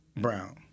Brown